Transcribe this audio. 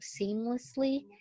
seamlessly